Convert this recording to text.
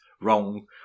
wrong